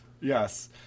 Yes